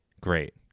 great